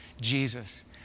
Jesus